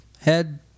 head